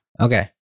Okay